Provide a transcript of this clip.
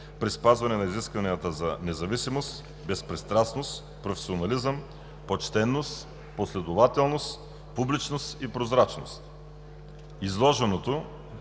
при спазване на изискванията за независимост, безпристрастност, професионализъм, почтеност, последователност, публичност и прозрачност. Изложеното